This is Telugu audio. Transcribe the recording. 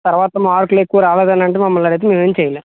తర్వాత మార్కులు ఎక్కువ రాలేదనంటే మమ్మల్ని అడిగితే మేము ఏమి చెయ్యలేము